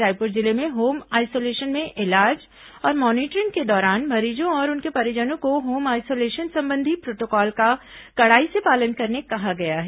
रायपुर जिले में home isolation में इलाज और मॉनिटरिंग के दौरान मरीजों तथा उनके परिजनों को होम आइसोलेशन संबंधी प्रोटोकॉल का कड़ाई से पालन करने कहा गया है